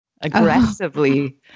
aggressively